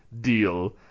deal